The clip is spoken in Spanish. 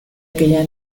aquella